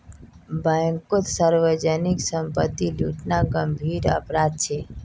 बैंककोत सार्वजनीक संपत्ति लूटना गंभीर अपराध छे